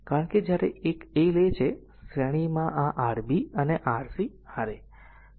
કારણ કે જ્યારે 1 એ લે છે શ્રેણીમાં આ Rb અને Rc Ra